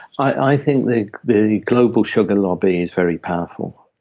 i think the global sugar lobby is very powerful.